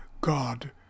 God